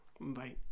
Bye